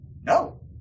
No